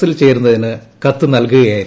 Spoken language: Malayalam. സിൽ ചേരുന്നതിന് കത്ത് നൽകുകയായിരുന്നു